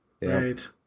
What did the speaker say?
Right